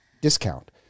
Discount